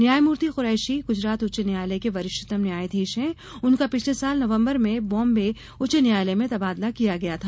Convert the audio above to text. न्यायमूर्ति कुरैशी गुजरात उच्च न्यायालय के वरिष्ठतम न्यायाधीश हैं उनका पिछले साल नवंबर में बाम्बे उच्च न्यायालय में तबादला किया गया था